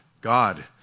God